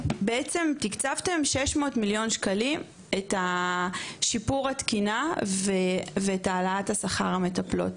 בעצם תקצבתם 600 מיליון שקלים את השיפור התקינה ואת העלאת השכר המטפלות,